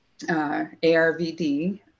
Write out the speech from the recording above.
ARVD